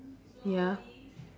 ya